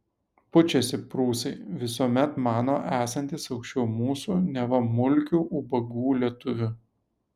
pučiasi prūsai visuomet mano esantys aukščiau mūsų neva mulkių ubagų lietuvių